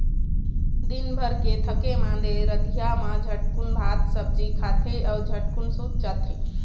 दिनभर के थके मांदे रतिहा मा झटकुन भात सब्जी खाथे अउ झटकुन सूत जाथे